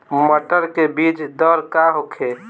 मटर के बीज दर का होखे?